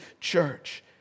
church